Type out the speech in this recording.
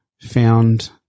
found